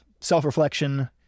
self-reflection